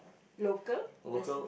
local does